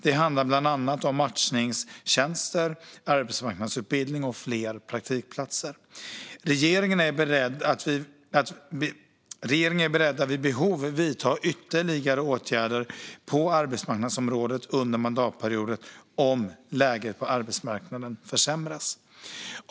Det handlar bland annat om matchningstjänster, arbetsmarknadsutbildning och fler praktikplatser. Regeringen är beredd att vid behov vidta ytterligare åtgärder på arbetsmarknadsområdet under mandatperioden om läget på arbetsmarknaden försämras.